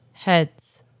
Heads